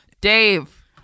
Dave